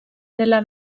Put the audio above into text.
nella